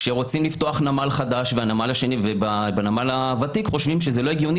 כשרוצים לפתוח נמל חדש ובנמל הוותיק חושבים שזה לא הגיוני